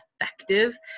effective